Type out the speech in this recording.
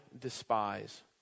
despise